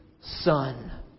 Son